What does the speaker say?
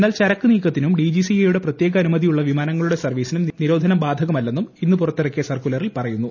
എന്നാൽ ചരക്ക് നീക്കത്തിനും ഡിജിസിഎ യുടെ പ്രത്യേക അനുമതി ഉള്ള വിമാനങ്ങളുടെ സർവീസിനും നിരോധനം ബാധകമല്ലെന്നും ഇന്ന് പുറത്തിറക്കിയ സർക്കുലറിൽ പറയുന്നു